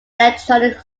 electronic